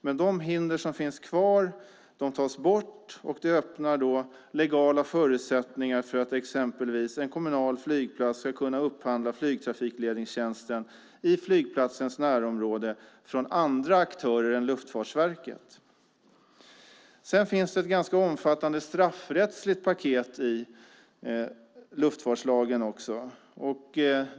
Vissa hinder som finns kvar tas nu bort, och legala förutsättningar öppnas för att exempelvis en kommunal flygplats ska kunna upphandla flygtrafikledningstjänsten i flygplatsens närområde från andra aktörer än Luftfartsverket. Det finns också ett ganska omfattande straffrättsligt paket i luftfartslagen.